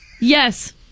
Yes